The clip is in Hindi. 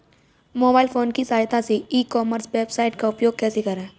मोबाइल फोन की सहायता से ई कॉमर्स वेबसाइट का उपयोग कैसे करें?